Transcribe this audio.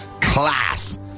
Class